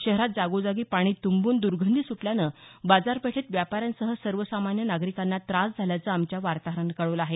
शहरात जागोजागी पाणी तुंबून दुर्गंधी सुटल्यानं बाजारपेठेत व्यापाऱ्यांसह सर्वसामान्य नागरिकांना त्रास झाल्याचं आमच्या वार्ताहरानं कळवलं आहे